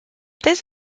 this